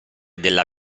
della